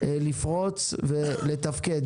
לפרוץ ולתפקד.